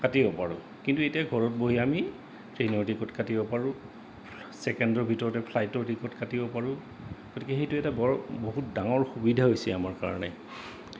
কাটিব পাৰোঁ কিন্তু এতিয়া ঘৰত বহি আমি ট্ৰেইনৰ টিকট কাটিব পাৰোঁ ছেকেণ্ডৰ ভিতৰতে ফ্লাইটৰ টিকট কাটিব পাৰোঁ গতিকে সেইটো এটা বৰ বহুত ডাঙৰ সুবিধা হৈছে আমাৰ কাৰণে